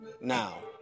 Now